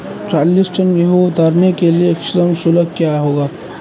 चालीस टन गेहूँ उतारने के लिए श्रम शुल्क क्या होगा?